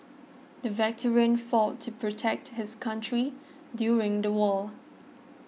the veteran fought to protect his country during the war